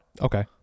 Okay